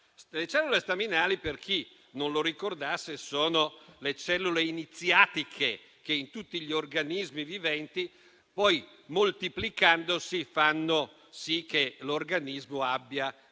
di cellule staminali. Per chi non lo ricordasse, le cellule staminali sono le cellule iniziatiche che in tutti gli organismi viventi, moltiplicandosi, fanno sì che l'organismo abbia